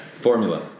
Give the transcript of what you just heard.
Formula